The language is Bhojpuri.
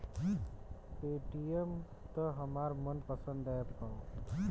पेटीएम त हमार मन पसंद ऐप ह